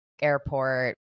airport